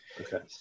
okay